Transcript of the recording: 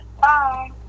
Bye